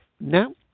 now